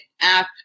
app